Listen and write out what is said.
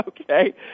Okay